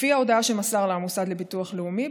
לפי ההודעה שמסר לה המוסד לביטוח לאומי,